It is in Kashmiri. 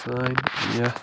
سٲنۍ یِتھ